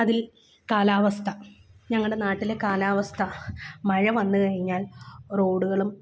അതിൽ കാലാവസ്ഥ ഞങ്ങളുടെ നാട്ടിലെ കാലാവസ്ഥ മഴ വന്നു കഴിഞ്ഞാൽ റോഡുകളും